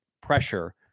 pressure